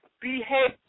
behave